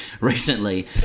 recently